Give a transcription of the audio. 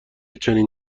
چنین